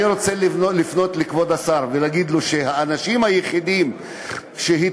אני רוצה לפנות לכבוד השר ולהגיד לו שהאנשים היחידים שהתנגדו,